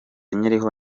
nkiriho